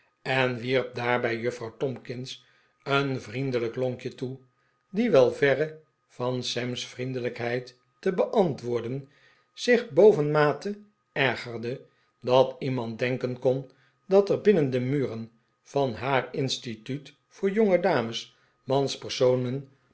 en wierp daarbij juffrouw tomkins een vriendelijk lonkje toe die wel verre van sam's vriendelijkheid te beantwoorden zich bovenmate ergerde dat iemand denken kon dat er binnen de muren van haar instituut voor jongedames